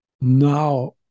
now